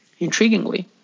Intriguingly